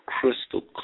crystal